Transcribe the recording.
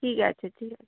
ঠিক আছে ঠিক আছে